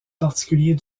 particulier